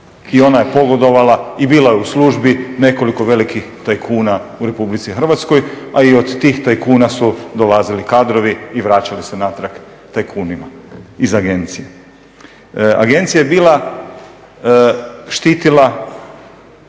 i ona je pogodovala i bila je u službi nekoliko velikih tajkuna u Republici Hrvatskoj a i od tih tajkuna su dolazili kadrovi i vraćali se natrag tajkunima iz agencije. Agencija je bila štitila